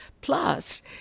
plus